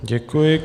Děkuji.